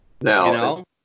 Now